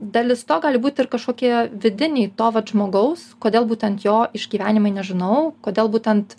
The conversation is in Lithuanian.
dalis to gali būti ir kažkokie vidiniai to vat žmogaus kodėl būtent jo išgyvenimai nežinau kodėl būtent